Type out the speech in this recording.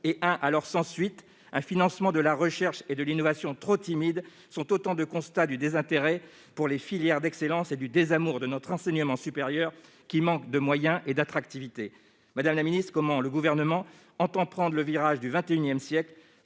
des masters et un financement de la recherche et de l'innovation trop timide sont autant de constats du désintérêt pour les filières d'excellence et du désamour pour notre enseignement supérieur, qui manque de moyens et d'attractivité. Madame la ministre, au-delà du seul plan de relance, comment le Gouvernement entend-il prendre le virage du XXI siècle